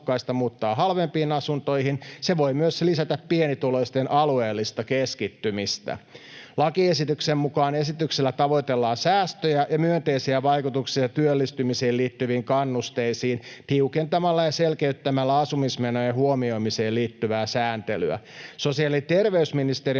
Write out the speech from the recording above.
Lakiesityksen mukaan esityksellä tavoitellaan säästöjä ja myönteisiä vaikutuksia työllistymiseen liittyviin kannusteisiin tiukentamalla ja selkeyttämällä asumismenojen huomioimiseen liittyvää sääntelyä.